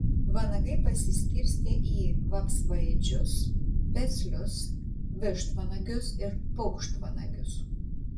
vanagai pasiskirstę į vapsvaėdžius peslius vištvanagius ir paukštvanagius